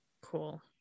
Cool